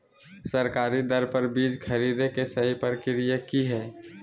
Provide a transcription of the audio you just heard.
सरकारी दर पर बीज खरीदें के सही प्रक्रिया की हय?